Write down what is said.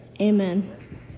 Amen